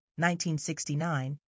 1969